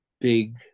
big